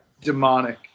Demonic